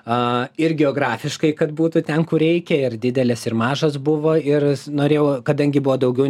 a ir geografiškai kad būtų ten kur reikia ir didelės ir mažas buvo ir norėjau kadangi buvo daugiau